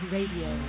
Radio